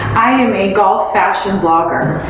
i am a golf fashion blogger.